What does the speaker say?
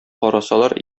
карасалар